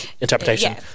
interpretation